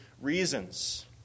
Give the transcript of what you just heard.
reasons